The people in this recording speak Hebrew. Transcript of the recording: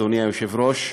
אדוני היושב-ראש.